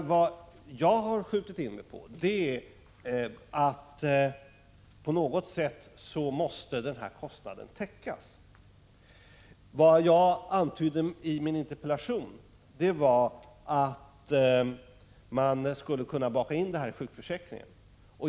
Vad jag har skjutit in mig på är att den här kostnaden på något sätt måste täckas. Vad jag antydde i min interpellation var att man skulle kunna baka in detta i sjukförsäkringen.